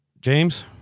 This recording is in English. James